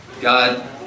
God